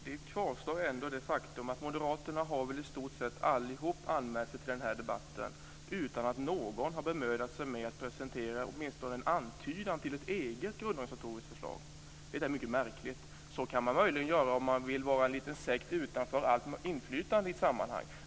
Fru talman! Faktum kvarstår att i stort sett alla moderater som anmält sig till den här debatten inte har bemödat sig med att presentera åtminstone en antydan till ett eget grundorganisatoriskt förslag. Detta är mycket märkligt. Möjligen kan man göra så om man vill vara en liten sekt utanför allt inflytande i ett sammanhang.